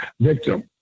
victim